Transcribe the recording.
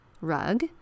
rug